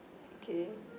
okay